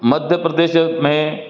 मध्य प्रदेश में